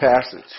passage